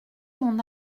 mon